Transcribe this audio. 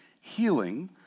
healing